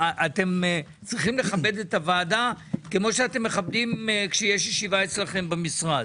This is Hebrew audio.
אתם צריכים לכבד את הוועדה כמו שאתם מכבדים כשיש ישיבה אצלכם במשרד.